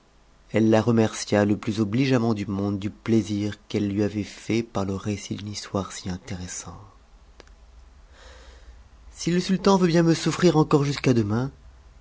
tt la remercia le plus obligeamment du monde du ptaisir qn'ei e lui avait par te récit d'une histoire si intéressante si le sultan veut bien me softmr encore jusqu'à demain